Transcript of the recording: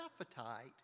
appetite